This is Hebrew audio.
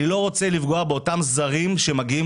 אני לא רוצה לפגוע באותם זרים שמגיעים